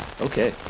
Okay